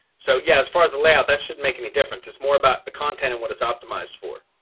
so yeah, as far as the layout, that shouldn't make any difference. it's more about the content and what it's optimized for.